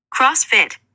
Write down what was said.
CrossFit